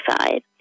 side